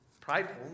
prideful